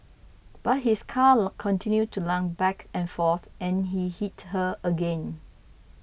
but his colour continued to lunge back and forth and he hit her again